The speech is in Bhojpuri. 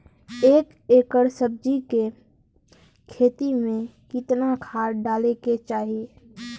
एक एकड़ सब्जी के खेती में कितना खाद डाले के चाही?